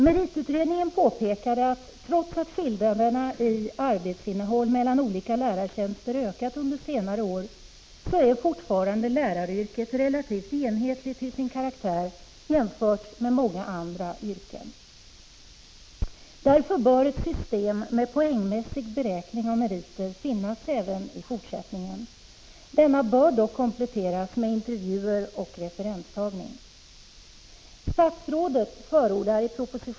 Meritutredningen påpekade att läraryrket — trots att skillnaderna i arbetsinnehåll mellan olika lärartjänster har ökat under senare år — fortfarande är relativt enhetligt till sin karaktär jämfört med många andra yrken. Därför bör ett system med poängmässig beräkning av meriter finnas ävenii fortsättningen. Denna beräkning bör dock kompletteras med intervjuer och referenstagning.